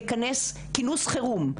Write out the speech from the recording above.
לכנס כינוס חירום,